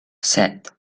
set